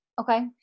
Okay